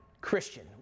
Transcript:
Christian